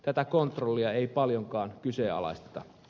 tätä kontrollia ei paljonkaan kyseenalaisteta